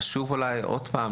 בבטיחות בפעילויות פנאי במים.